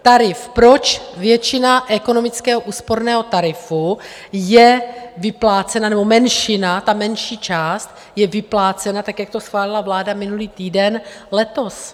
Tarif proč většina ekonomického, úsporného tarifu je vyplácena, nebo menšina, ta menší část, je vyplácena tak, jak to schválila vláda minulý týden, letos?